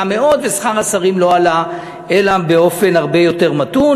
מאוד ושכר השרים לא עלה אלא באופן הרבה יותר מתון,